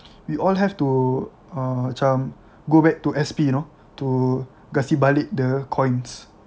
we all have to uh macam go back to S_P you know to kasi balik the coins